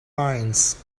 eyes